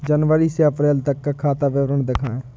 जनवरी से अप्रैल तक का खाता विवरण दिखाए?